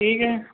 ٹھیک ہے